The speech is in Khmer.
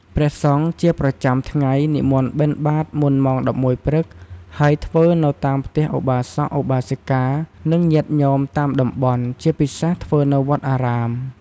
ព្រះសង្ឃជាប្រចាំថ្ងៃនិមន្តបិណ្ឌបាតមុនម៉ោង ១១ ព្រឹក ហើយធ្វើនៅតាមផ្ទះឧបាសក ឧបាសិកា និងញាតិញោមតាមតំបន់ ជាពិសេសធ្វើនៅវត្តអារាម។